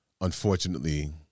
unfortunately